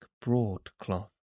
broadcloth